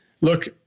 Look